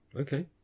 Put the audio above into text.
Okay